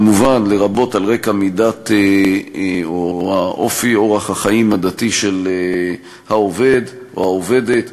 כמובן לרבות על רקע אופי אורח החיים הדתי של העובד או העובדת,